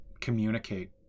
communicate